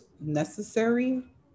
necessary